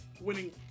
winning